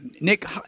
Nick